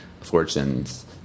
fortunes